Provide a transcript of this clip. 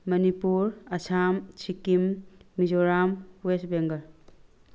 Manipur Assam Sikkim Mizoram west Bengal